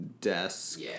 desk